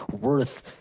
worth